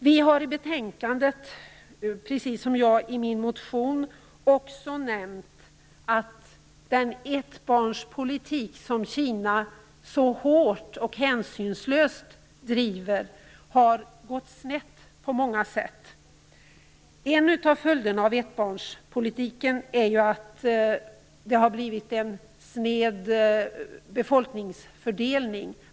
Vi har i betänkandet också nämnt - precis som jag har gjort i min motion - att den ettbarnspolitik som Kina så hårt och hänsynslöst driver har gått snett på många sätt. En av följderna av ettbarnspolitiken är en sned befolkningsfördelning.